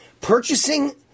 purchasing